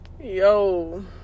Yo